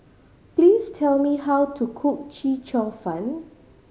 please tell me how to cook Chee Cheong Fun